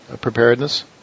Preparedness